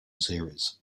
series